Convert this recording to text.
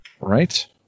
right